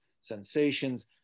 sensations